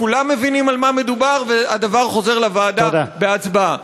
כולם מבינים על מה מדובר והדבר חוזר לוועדה בהצבעה.